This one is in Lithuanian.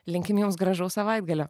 linkim jums gražaus savaitgalio